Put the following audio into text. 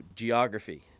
geography